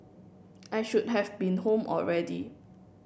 I should have been home already